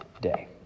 day